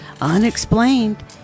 unexplained